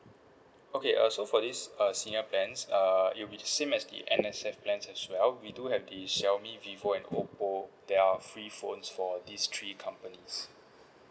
okay uh so for this uh senior plans err it will be same as the N_S_F plans as well we do have the xiaomi vivo and oppo there are free phones for these three companies